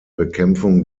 bekämpfung